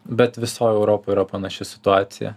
bet visoj europoj yra panaši situacija